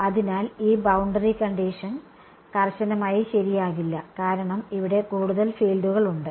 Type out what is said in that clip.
അതിനാൽ ഈ boundary condition കർശനമായി ശരിയാകില്ല കാരണം ഇവിടെ കൂടുതൽ ഫീൽഡുകൾ ഉണ്ട്